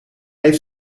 heeft